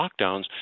lockdowns